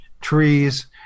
trees